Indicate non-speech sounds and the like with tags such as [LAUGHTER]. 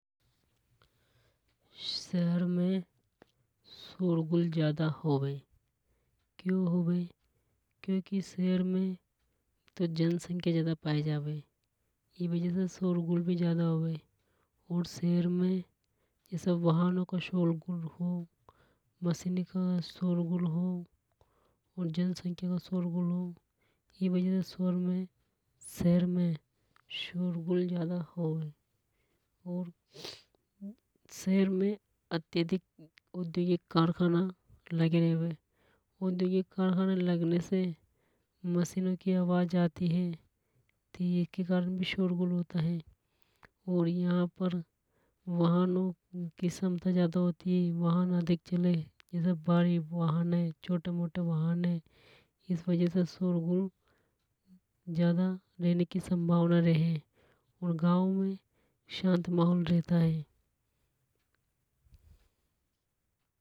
शहर में शोरगुल ज्यादा होवे क्योंकि शहर में जनसंख्या ज्यादा पायी जावे ई वजह से शोरगुल भी ज्यादा होवे और शहर में जैसे वाहनो का शोरगुल [UNINTELLIGIBLE] का शोरगुल हो। और जनसंख्या का शोरगुल हो। ई वजह से शहर में शोरगुल ज्यादा होवे। और [NOISE] शहर में अत्यधिक औद्योगिक कारखाना लग्या रेवे। औद्योगिक कारखाना लगने से मशीनों की आवाज आती है। एके कारण भी शोरगुल होता है। और यहां पर वाहनों की क्षमता ज्यादा होती है। वाहन अधिक चले जैसे भारी वाहन हे छोटे मोटे वाहन है। इस कारण शोरगुल ज्यादा रहने की संभावना रहे। और गांव में शांत माहौल रहता है।